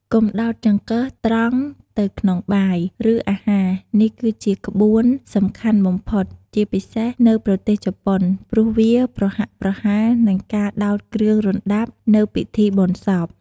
កុំដោតចង្កឹះត្រង់ទៅក្នុងបាយ ឬអាហារ នេះគឺជាក្បួនសំខាន់បំផុត ជាពិសេសនៅប្រទេសជប៉ុន ព្រោះវាប្រហាក់ប្រហែលនឹងការដោតគ្រឿងរណ្ដាប់នៅពិធីបុណ្យសព។